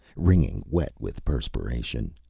wringing wet with perspiration.